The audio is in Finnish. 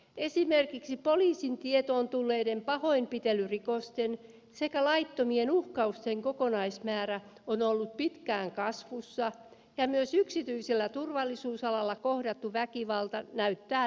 esimerkiksi poliisin tietoon tulleiden pahoinpitelyrikosten sekä laittomien uhkausten kokonaismäärä on ollut pitkään kasvussa ja myös yksityisellä turvallisuusalalla kohdattu väkivalta näyttää lisääntyneen